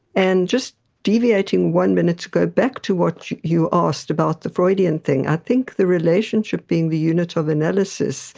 and just deviating one minute to go back to what you asked about the freudian thing, i think the relationship being the unit of analysis